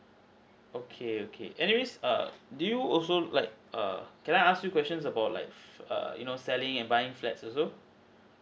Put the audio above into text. okay okay anyways err do you also like err can I ask you questions about like err you know selling and buying flats also